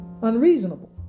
unreasonable